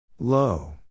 Low